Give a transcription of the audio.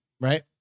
Right